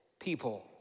people